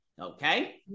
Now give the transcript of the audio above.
Okay